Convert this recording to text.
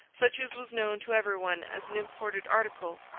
such as was known to every one as an imported article,